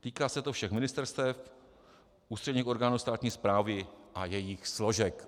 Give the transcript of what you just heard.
Týká se to všech ministerstev, ústředních orgánů státní správy a jejích složek.